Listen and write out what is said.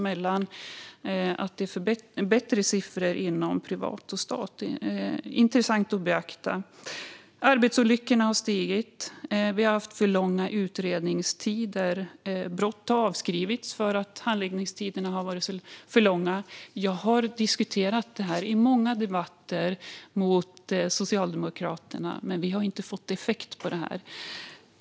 Det är alltså bättre siffror inom privat och statlig verksamhet, vilket är intressant att beakta. Arbetsolyckorna har stigit. Vi har haft för långa utredningstider, och brott har avskrivits för att handläggningstiderna har varit för långa. Jag har diskuterat det här i många debatter med Socialdemokraterna, men det har inte fått någon effekt på det här området.